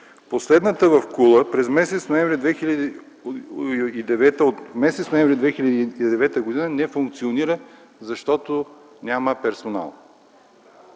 Последната, в Кула, от м. ноември 2009 г. не функционира, защото няма персонал.